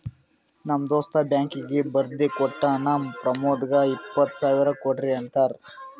ನಮ್ ದೋಸ್ತ ಬ್ಯಾಂಕೀಗಿ ಬರ್ದಿ ಕೋಟ್ಟಾನ್ ಪ್ರಮೋದ್ಗ ಇಪ್ಪತ್ ಸಾವಿರ ಕೊಡ್ರಿ ಅಂತ್